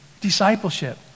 discipleship